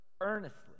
earnestly